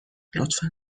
لطفا